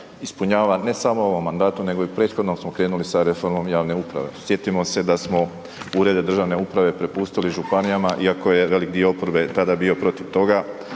ispunjava ne samo u ovom mandatu nego i u prethodnom smo krenuli sa reformom javne uprave. Sjetimo se da smo urede državne uprave prepustili županijama iako je veliki dio oporbe tada bio protiv toga,